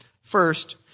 First